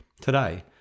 Today